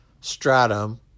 stratum